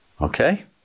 Okay